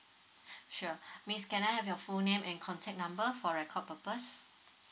sure miss can I have your full name and contact number for record purpose